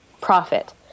profit